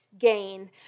gain